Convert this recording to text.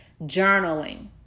Journaling